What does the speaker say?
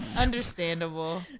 Understandable